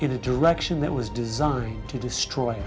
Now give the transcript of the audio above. in a direction that was designed to destroy